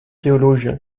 théologien